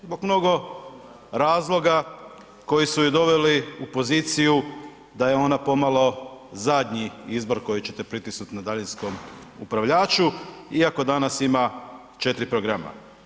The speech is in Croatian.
Zbog mnogo razloga koji su je doveli u poziciju da je ona pomalo zadnji izbor koji ćete pritisnuti na daljinskom upravljaču iako danas ima 4 programa.